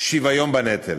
"שוויון בנטל",